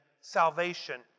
salvation